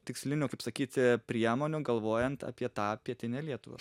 tikslinių kaip sakyti priemonių galvojant apie tą pietinę lietuvą